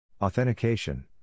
Authentication